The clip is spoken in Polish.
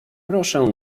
proszę